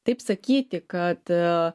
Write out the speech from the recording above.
taip sakyti kad